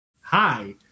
hi